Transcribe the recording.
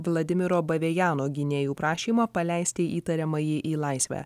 vladimiro bavejano gynėjų prašymą paleisti įtariamąjį į laisvę